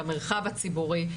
במרחב הציבורי.